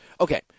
Okay